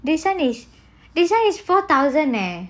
this one is this one is four thousand eh